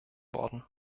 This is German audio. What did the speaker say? worden